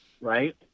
right